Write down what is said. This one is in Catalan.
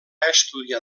estudiar